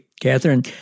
Catherine